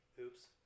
Oops